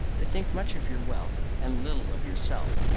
they think much of your wealth, and little of yourself.